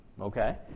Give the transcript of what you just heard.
okay